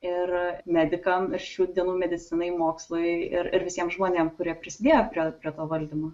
ir medikam ir šių dienų medicinai mokslui ir visiem žmonėm kurie prisidėjo prie prie to valdymo